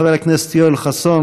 חבר הכנסת יואל חסון,